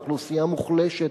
אוכלוסייה מוחלשת,